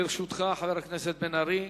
לרשותך, חבר הכנסת בן-ארי,